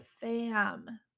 fam